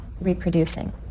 reproducing